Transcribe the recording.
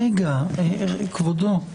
רגע, כבודו.